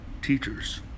teachers